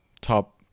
top